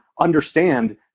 understand